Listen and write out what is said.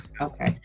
okay